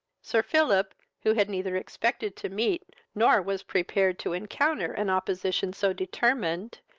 sir philip, who had neither expected to meet nor was prepared to encounter an opposition so determined,